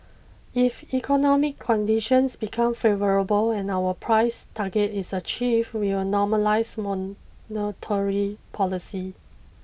if economic conditions become favourable and our price target is achieved we will normalise monetary policy